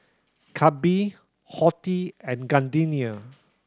Calbee Horti and Gardenia